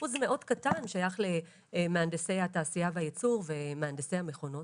אחוז מאוד קטן שייך למהנדסי התעשייה והייצור ומהנדסי המכונות.